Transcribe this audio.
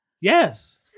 Yes